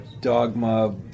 dogma